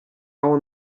all